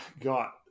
got